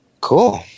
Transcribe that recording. Cool